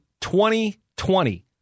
2020